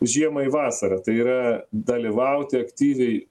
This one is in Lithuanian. žiemai vasarą tai yra dalyvauti aktyviai